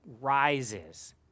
rises